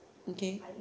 okay